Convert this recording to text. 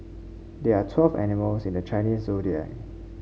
there are twelve animals in the Chinese Zodiac